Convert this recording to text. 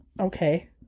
Okay